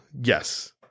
Yes